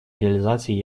реализации